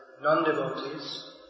non-devotees